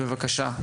בבקשה,